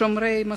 שומרי מסורת.